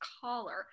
caller